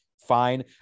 fine